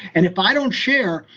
and if i don't share,